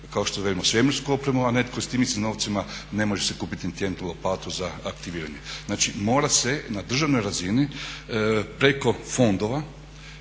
kao što velimo svemirsku opremu, a netko sa tim istim novcima ne može si kupiti niti jednu lopatu za aktiviranje. Znači, mora se na državnoj razini preko fondova